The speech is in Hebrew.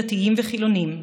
דתיים וחילונים,